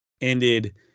ended